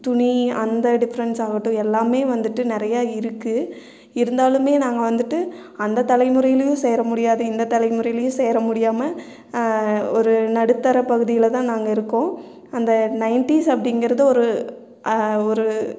துணி அந்த டிஃப்ரெண்ஸ் ஆகட்டும் எல்லாமே வந்துட்டு நிறையா இருக்கு இருந்தாலுமே நாங்கள் வந்துவிட்டு அந்த தலைமுறையிலையும் சேர முடியாது இந்த தலைமுறையிலையும் சேர முடியாமல் ஒரு நடுத்தர பகுதியில் தான் நாங்கள் இருக்கோம் அந்த நைன்ட்டீஸ் அப்படிங்கிறது ஒரு ஒரு